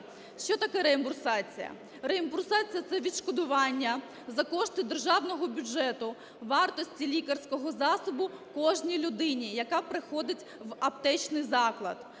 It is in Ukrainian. Що таке реімбурсація? Реімбурсація – це відшкодування за кошти державного бюджету вартості лікарського засобу кожній людині, яка приходить в аптечний заклад.